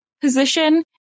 position